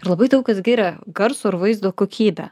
ir labai daug kas giria garso ir vaizdo kokybę